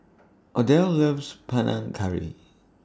Odell loves Panang Curry